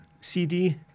CD